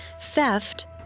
theft